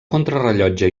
contrarellotge